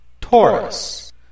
Taurus